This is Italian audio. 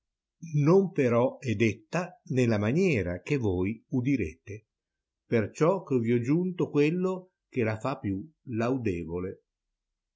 non però è detta nella maniera che voi udirete perciò che vi ho giunto quello che la fa più laudesole